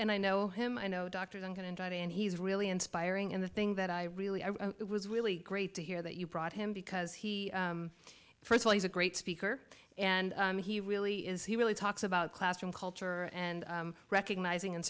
and i know him i know doctors are going to die and he's really inspiring and the thing that i really was really great to hear that you brought him because he first well he's a great speaker and he really is he really talks about classroom culture and recognizing